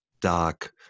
dark